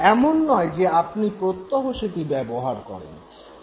এমন নয় যে আপনি প্রত্যহ সেটি ব্যবহার করেন